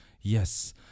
yes